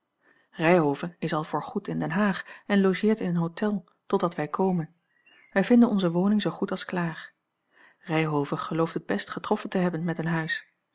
ryhove is al voor goed in den haag en logeert in een hotel totdat wij komen wij vinden onze woning zoo goed als klaar ryhove gelooft het best getroffen te hebben met een huis